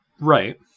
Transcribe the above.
Right